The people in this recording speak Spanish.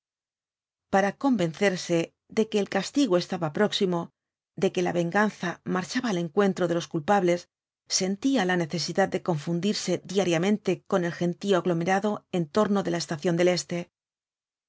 para convencerse de que el castigo estaba próximo de que la venganza marchaba al encuentro de los culpables sentía la necesidad de confundirse diariamente con el gentío aglomerado en torno de la estación del este